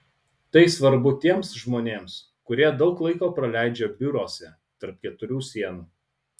tai svarbu tiems žmonėms kurie daug laiko praleidžia biuruose tarp keturių sienų